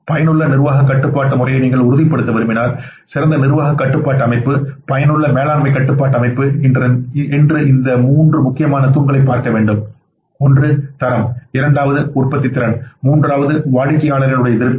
பயனுள்ள நிர்வாகக் கட்டுப்பாட்டு முறையை நீங்கள் உறுதிப்படுத்த விரும்பினால் சிறந்த நிர்வாகக் கட்டுப்பாட்டு அமைப்பு பயனுள்ள மேலாண்மை கட்டுப்பாட்டு அமைப்பு இந்த மூன்று முக்கியமான தூண்களைப் பார்க்க வேண்டும் ஒன்று தரம் இரண்டாவது உற்பத்தித்திறன் மூன்றாவது வாடிக்கையாளரின் திருப்தி